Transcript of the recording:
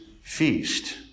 feast